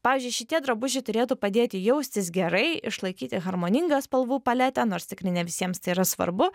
pavyzdžiui šitie drabužiai turėtų padėti jaustis gerai išlaikyti harmoningą spalvų paletę nors tikrai ne visiems tai yra svarbu